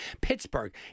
Pittsburgh